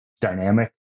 dynamic